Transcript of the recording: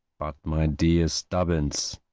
but my dear stubbins,